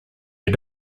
had